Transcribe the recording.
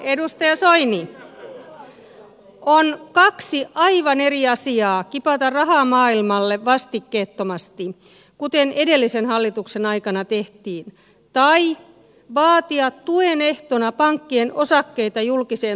edustaja soini on kaksi aivan eri asiaa kipata rahaa maailmalle vastikkeettomasti kuten edellisen hallituksen aikana tehtiin tai vaatia tuen ehtona pankkien osakkeita julkiseen omistukseen